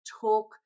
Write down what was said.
Talk